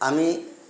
আমি